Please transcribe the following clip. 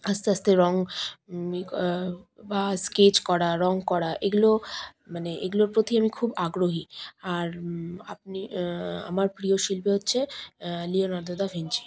আস্তে আস্তে রং বা স্কেচ করা রং করা এগুলো মানে এগুলোর প্রতি আমি খুব আগ্রহী আর আপনি আমার প্রিয় শিল্পী হচ্ছে লিওনার্দো দা ভিঞ্চি